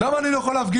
למה אני לא יכול להפגין?